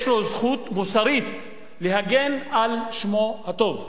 יש לו זכות מוסרית להגן על שמו הטוב,